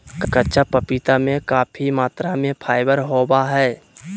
कच्चा पपीता में काफी मात्रा में फाइबर होबा हइ